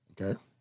Okay